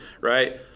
right